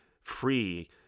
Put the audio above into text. free